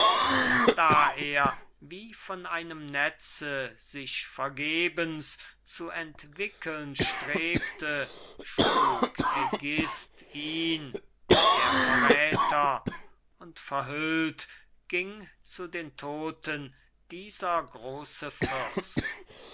und da er wie von einem netze sich vergebens zu entwickeln strebte schlug ägisth ihn der verräther und verhüllt ging zu den todten dieser große